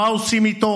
מה עושים איתו,